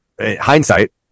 hindsight